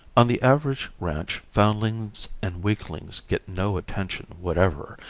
on the average ranch foundlings and weaklings get no attention whatever,